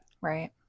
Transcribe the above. Right